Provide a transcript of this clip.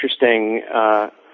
interesting